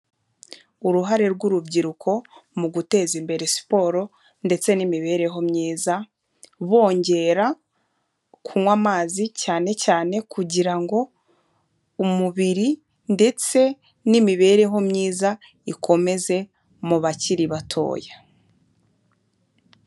Uruhare rw'urubyiruko mu guteza imbere siporo ndetse n'imibereho myiza, bongera kunywa amazi, cyane cyane kugira ngo umubiri ndetse n'imibereho myiza ikomeze mu bakiri batoya.